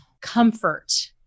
comfort